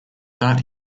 that